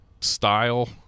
style